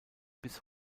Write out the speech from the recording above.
bis